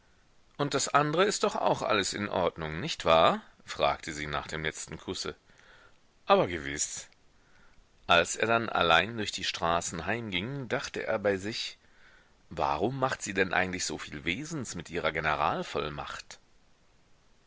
und das andre ist doch auch alles in ordnung nicht wahr fragte sie nach dem letzten kusse aber gewiß als er dann allein durch die straßen heimging dachte er bei sich warum macht sie denn eigentlich so viel wesens mit ihrer